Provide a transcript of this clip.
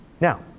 Now